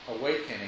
Awakening